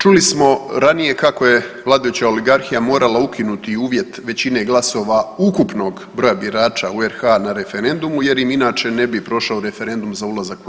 Čuli smo ranije kako je vladajuća oligarhija morala ukinuti i uvjet većine glasova ukupnog broja birača u RH na referendumu jer im inače ne bi prošao referendum za ulazak u EU.